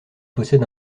possède